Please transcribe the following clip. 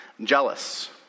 jealous